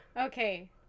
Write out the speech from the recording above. Okay